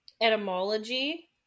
etymology